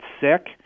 sick